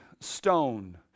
stone